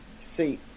See